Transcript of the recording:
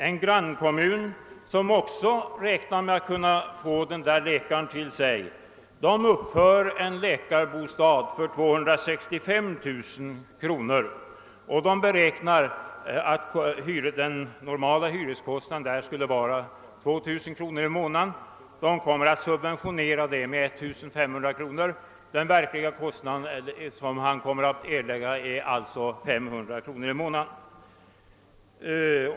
En grannkommun som också räknar med att kunna få den läkaren till sig uppför en läkarbostad för 265 000 kr. Den normala hyreskostnaden beräknas till 2 000 kr. i månaden men hyran kommer att subventioneras med 1500 kr., så att läkaren alltså bara behöver erlägga 500 kr. i månaden.